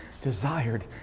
desired